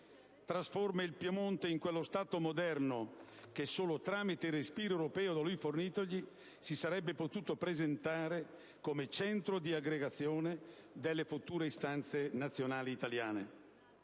trasformando il Piemonte in quello Stato moderno che solo tramite il respiro europeo da lui fornitogli, si sarebbe potuto presentare come centro di aggregazione delle future istanze nazionali italiane.